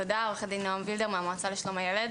תודה, אני עורכת דין מהמועצה לשלום הילד.